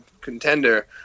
contender